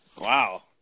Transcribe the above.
Wow